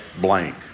blank